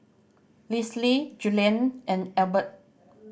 Lisle Julian and Albert